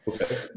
Okay